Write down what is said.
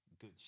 good